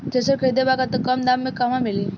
Thresher खरीदे के बा कम दाम में कहवा मिली?